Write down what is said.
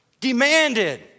demanded